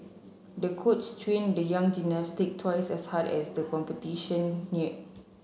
the coach trained the young gymnastic twice as hard as the competition neared